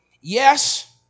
Yes